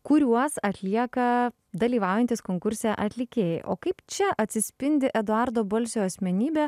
kuriuos atlieka dalyvaujantys konkurse atlikėjai o kaip čia atsispindi eduardo balsio asmenybė